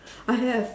I have